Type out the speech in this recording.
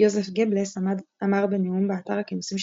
יוזף גבלס אמר בנאום באתר הכינוסים של